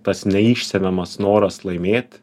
tas neišsemiamas noras laimėt